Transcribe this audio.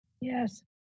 Yes